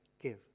give